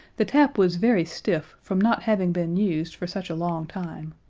the tap was very stiff from not having been used for such a long time,